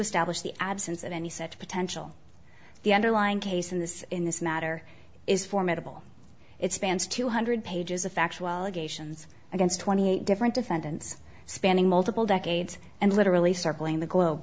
establish the absence of any such potential the underlying case in this in this matter is formidable it spans two hundred pages of factual allegations against twenty eight different defendants spanning multiple decades and literally circling the globe